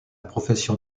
profession